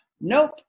Nope